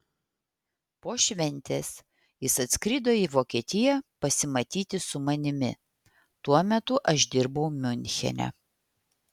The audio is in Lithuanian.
po šventės jis atskrido į vokietiją pasimatyti su manimi tuo metu aš dirbau miunchene